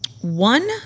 One